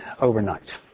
overnight